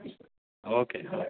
okay